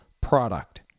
product